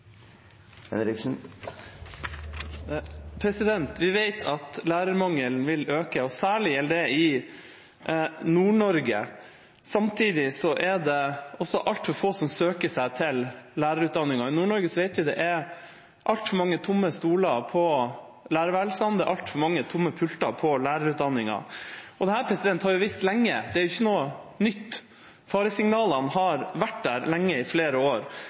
Henriksen – til oppfølgingsspørsmål. Vi vet at lærermangelen vil øke, særlig gjelder det i Nord-Norge. Samtidig er det altfor få som søker seg til lærerutdanningen. I Nord-Norge vet vi det er altfor mange tomme stoler på lærerværelsene, det er altfor mange tomme pulter i lærerutdanningen. Dette har vi visst lenge, det er ikke noe nytt, faresignalene har vært der lenge – i flere år.